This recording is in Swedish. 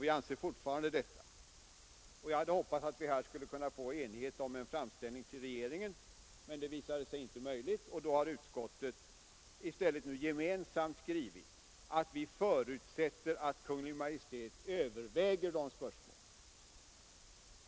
Vi har fortfarande den uppfattningen. Jag hade hoppats att vi här skulle kunna nå enighet om en framställning till regeringen, men det visade sig inte möjligt, och då har utskottet i stället gemensamt skrivit att vi förutsätter att Kungl. Maj:t överväger dessa spörsmål.